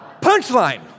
Punchline